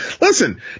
listen